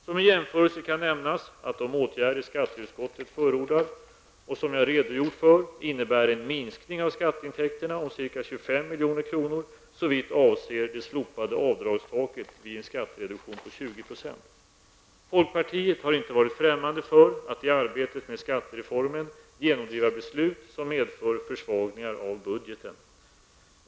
Som en jämförelse kan nämnas att de åtgärder skatteutskottet förordar, och som jag har redogjort för, innebär en minskning av skatteintäkterna om ca 25 miljoner kronor såvitt avser det slopade avdragstaket vid en skattereduktion på 20 %. Folkpartiet har inte varit främmande för att i arbetet med skattereformen genomdriva beslut som medför försvagningar av budgeten.